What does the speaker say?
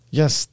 yes